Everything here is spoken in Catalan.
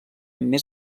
més